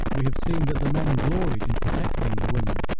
we have seen that the men gloried in protecting the women,